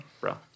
bro